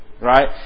right